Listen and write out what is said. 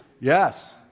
Yes